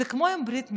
זה כמו עם ברית מילה,